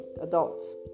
adults